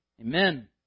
Amen